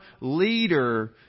leader